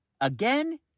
again